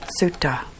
sutta